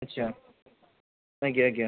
ଆଚ୍ଛା ଆଜ୍ଞା ଆଜ୍ଞା